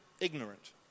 ignorant